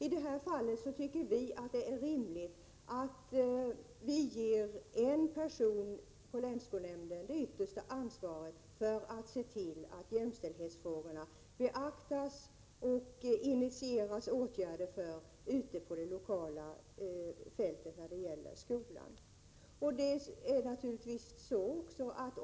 I det här fallet tycker vi att det är rimligt att man ger en person på länsskolnämnden det yttersta ansvaret för att se till att jämställdhetsfrågorna beaktas och att åtgärder initieras ute på det lokala fältet i skolorna.